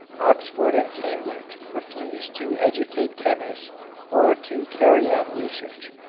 oxford and cambridge refused to educate chemists or to carry on research.